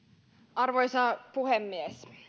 arvoisa puhemies